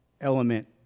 element